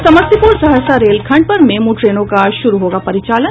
और समस्तीपुर सहरसा रेलखंड पर मेमू ट्रेनों का शुरू होगा परिचालन